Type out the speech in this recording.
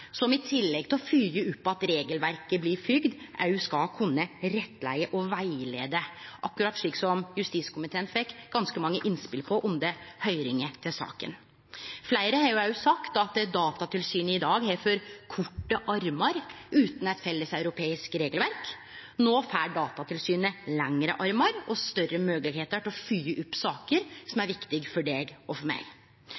tillegg til å fylgje opp at regelverket blir fylgt, òg skal kunne rettleie, akkurat slik som justiskomiteen fekk ganske mange innspel på under høyringa i saka. Fleire har òg sagt at Datatilsynet i dag har for korte armar utan eit felleseuropeisk regelverk. No får Datatilsynet lengre armar og større moglegheiter til å fylgje opp saker som